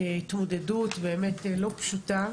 זאת התמודדות לא פשוטה